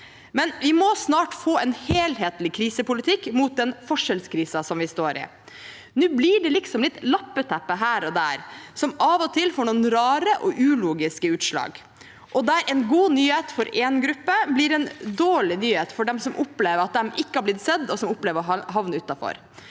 men vi må snart få en helhetlig krisepolitikk mot forskjellskrisen vi står i. Nå blir det liksom litt som et lappeteppe her og der, som av og til får noen rare og ulogiske utslag, der en god nyhet for én gruppe blir en dårlig nyhet for dem som opplever at de ikke har blitt sett, og opplever å havne utenfor.